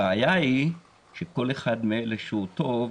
הבעיה היא שכל אחד מאלה שהוא טוב,